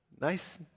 nice